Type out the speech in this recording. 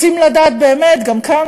רוצים לדעת באמת גם כמה,